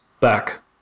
back